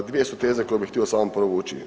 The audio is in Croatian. Dvije su teze koje bi htio samo provući.